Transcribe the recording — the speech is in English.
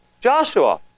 Joshua